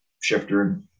shifter